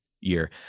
year